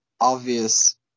obvious